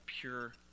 pure